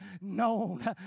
known